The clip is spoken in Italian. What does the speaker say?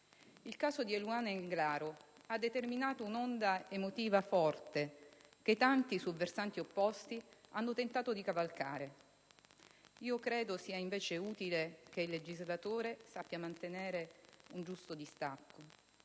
Il caso di Eluana Englaro ha determinato un'onda emotiva forte che tanti, su versanti opposti, hanno tentato di cavalcare. Io credo sia invece utile che il legislatore sappia mantenere un giusto distacco,